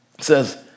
says